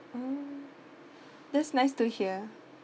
mm that's nice to hear